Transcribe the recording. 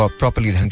properly